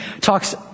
talks